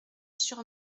sur